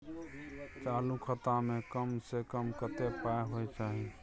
चालू खाता में कम से कम कत्ते पाई होय चाही?